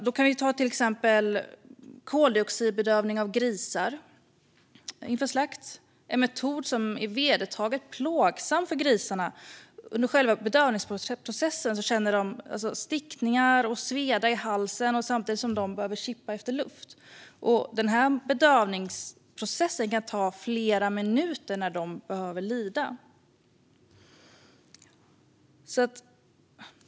Vi kan ta exemplet med koldioxidbedövning av grisar inför slakt, en metod som är vedertaget plågsam för grisarna. Under själva bedövningsprocessen känner de stickningar och sveda i halsen och börjar kippa efter luft. Denna bedövningsprocess kan ta flera minuter under vilka djuren behöver lida.